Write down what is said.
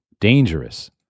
dangerous